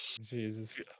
Jesus